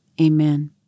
Amen